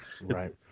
Right